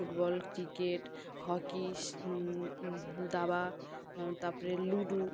football cricket hockey শ দাবা তাপরে লুডো